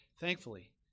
thankfully